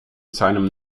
seinem